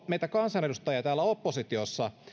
meitä kansanedustajia täällä oppositiossa